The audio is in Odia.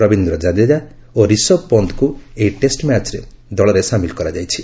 ରବିନ୍ଦ ଜାଡେଜ୍ଞା ଓ ରିଶବ ପନ୍ଚୁଙ୍କୁ ଏହି ଟେଷ୍ଟ ମ୍ୟାଚ୍ରେ ଦଳରେ ସାମିଲ କରାଯାଇଛି